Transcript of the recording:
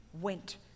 went